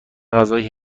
غذای